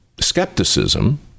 skepticism